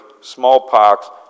smallpox